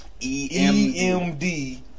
EMD